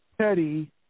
Teddy